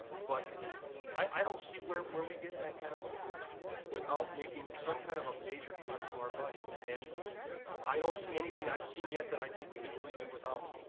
but i don't see where where we get that kind of money without making some kind of a major cut to our budget. and i don't see anything i've seen yet that i think we can really do without.